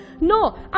No